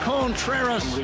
Contreras